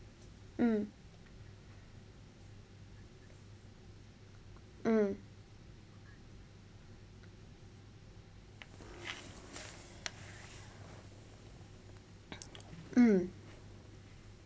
mm mm mm